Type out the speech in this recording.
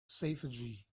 savagery